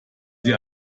sie